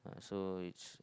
so it's